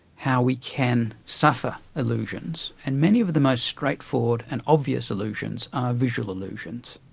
how we can suffer illusions, and many of the most straightforward and obvious illusions are visual illusions.